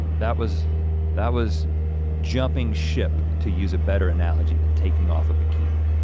that was that was jumping ship to use a better analogy than taking off a bikini.